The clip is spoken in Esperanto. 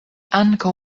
ankaŭ